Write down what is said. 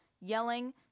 yelling